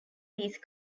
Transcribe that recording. these